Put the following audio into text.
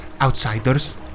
outsiders